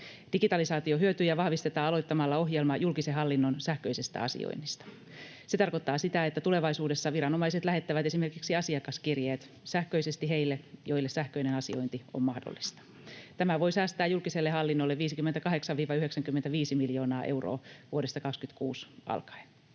Digitalisaation hyötyjä vahvistetaan aloittamalla ohjelma julkisen hallinnon sähköisestä asioinnista. Se tarkoittaa sitä, että tulevaisuudessa viranomaiset lähettävät esimerkiksi asiakaskirjeet sähköisesti heille, joille sähköinen asiointi on mahdollista. Tämä voi säästää julkiselle hallinnolle 58–95 miljoonaa euroa vuodesta 26 alkaen.